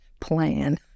plan